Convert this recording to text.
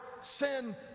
sin